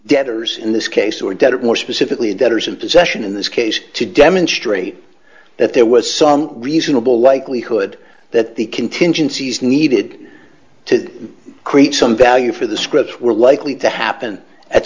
debtors in this case or dead or more specifically debtors in possession in this case to demonstrate that there was some reasonable likelihood that the contingencies needed to create some value for the scripts were likely to happen at